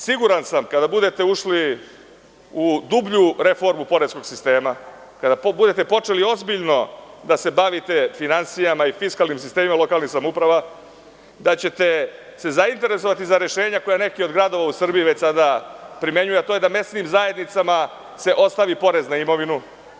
Siguran sam da kada budete ušli u dublju reformu poreskog sistema, kada počnete ozbiljno da se bavite finansijama i fiskalnim sistemima lokalnih samouprava, da ćete se zainteresovati za rešenja koja neki od gradova u Srbiji već sada primenjuju, a to je da mesnim zajednicama se ostavi porez na imovinu.